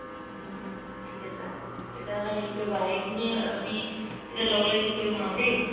ঠিক আছে আৰু তেতিয়াহ'লে হেৰি কৰিবা এইখিনি আমি তেতিয়া লগ লাগি কৰিম আৰু দেই